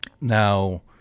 Now